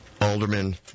Alderman